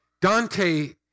Dante